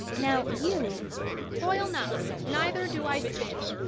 now, you toil not, neither do i spin,